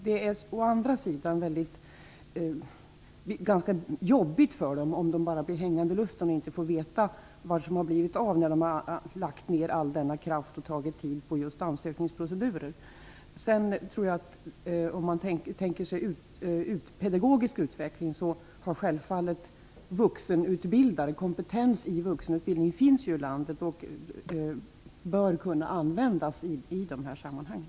Det är ganska jobbigt för dem om de bara blir hängande i luften och inte får veta vad som har hänt när de har lagt ner all denna kraft och tid på ansökningsprocedurer. Låt mig sedan nämna något om den pedagogiska utvecklingen. Kompetens i vuxenutbildning finns ju i landet. Den bör kunna användas i de här sammanhangen.